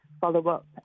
follow-up